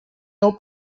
heu